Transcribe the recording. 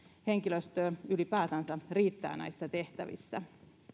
henkilöstöä ylipäätänsä riittää näissä tehtävissä